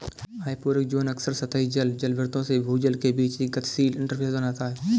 hyporheic zone अक्सर सतही जल जलभृतों से भूजल के बीच एक गतिशील इंटरफ़ेस बनाता है